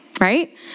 Right